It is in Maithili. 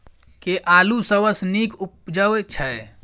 केँ आलु सबसँ नीक उबजय छै?